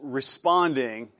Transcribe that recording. responding